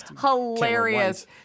hilarious